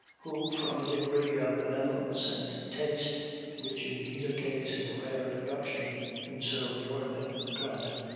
who, from a degree of benevolence and taste which in either case is a rare production in so northern a climate,